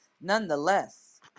Nonetheless